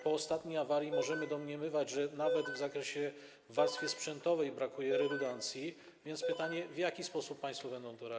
Po ostatniej awarii możemy domniemywać, że nawet w zakresie warstwy sprzętowej brakuje redundancji, stąd pytanie, w jaki sposób państwo będą to realizować.